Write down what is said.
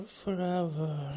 forever